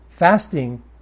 Fasting